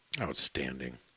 Outstanding